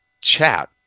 Chat